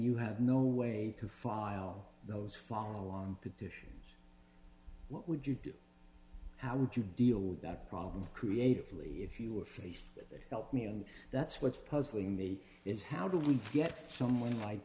you have no way to file those follow on petitions what would you do how would you deal with that problem creatively if you were faced with that help me and that's what's puzzling the is how do we get someone like